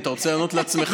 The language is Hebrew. אם אתה רוצה לענות לעצמך,